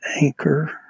Anchor